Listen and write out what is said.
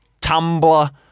Tumblr